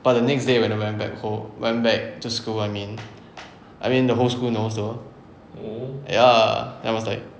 but the next day when I went back home went back to school I mean I mean the whole school knows though ya then I was like